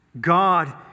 God